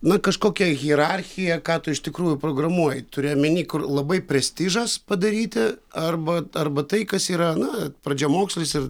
na kažkokia hierarchija ką tu iš tikrųjų programuoji turiu omeny kur labai prestižas padaryti arba arba tai kas yra na pradžiamokslis ir